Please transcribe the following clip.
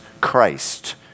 Christ